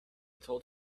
told